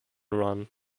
run